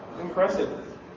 Impressive